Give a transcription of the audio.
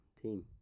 team